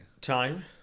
Time